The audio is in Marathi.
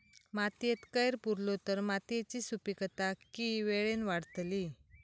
मातयेत कैर पुरलो तर मातयेची सुपीकता की वेळेन वाडतली?